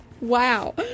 wow